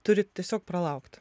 turi tiesiog pralaukt